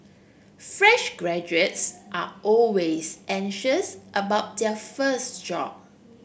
fresh graduates are always anxious about their first job